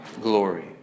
glory